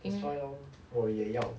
that's why loh 我也要